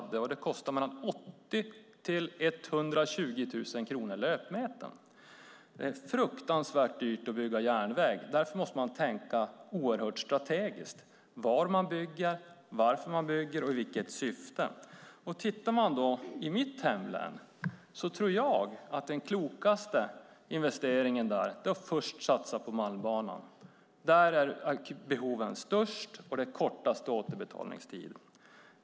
Järnvägsinfrastruktur kostar mellan 80 000 och 120 000 kronor löpmetern. Det är fruktansvärt dyrt att bygga järnväg, och därför måste man tänka oerhört strategiskt var man bygger, varför man bygger och i vilket syfte. När det gäller mitt hemlän tror jag att den klokaste investeringen är att först satsa på Malmbanan. Där är behoven störst, och det är kortast återbetalningstid.